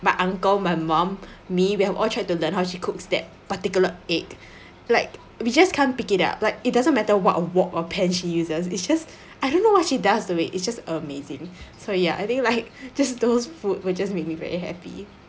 my uncle my mum me we have all tried to learn how she cooks that particular egg like we just can't pick it up like it doesn't matter what wok or pan she uses it's just I don't know what she does the way it's just amazing so ya I think like just those food would just make me very happy